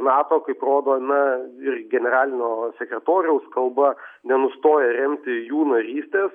nato kaip rodo na ir generalinio sekretoriaus kalba nenustoja remti jų narystės